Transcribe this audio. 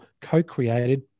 co-created